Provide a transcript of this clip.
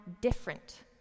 different